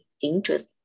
interest